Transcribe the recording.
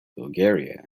bulgaria